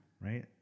right